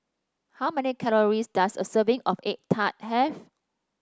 how many calories does a serving of egg tart have